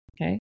okay